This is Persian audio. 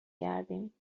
گردیم